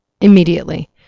immediately